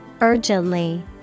Urgently